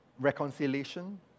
reconciliation